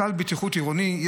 סל בטיחות עירוני,